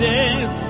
Days